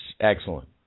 excellent